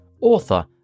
author